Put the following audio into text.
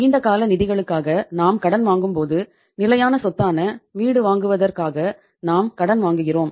நீண்ட கால நிதிகளுக்காக நாம் கடன் வாங்கும்போது நிலையான சொத்தான வீடு வாங்குவதற்காக நாம் கடன் வாங்குகிறோம்